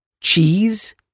Cheese